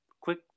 quick